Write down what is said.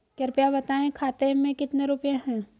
कृपया बताएं खाते में कितने रुपए हैं?